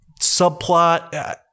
subplot